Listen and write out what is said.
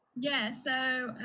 yeah, so,